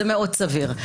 מאוד סביר.